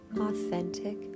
authentic